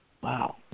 Wow